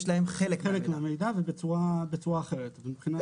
חלק מהמידע ובצורה אחרת.